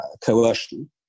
coercion